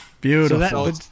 Beautiful